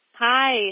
Hi